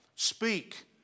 Speak